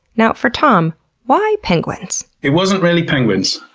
now, for tom why penguins? it wasn't really penguins.